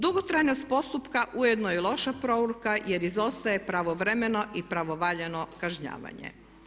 Dugotrajnost postupka ujedno je loša poruka jer izostaje pravovremeno i pravovaljano kažnjavanje.